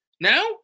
now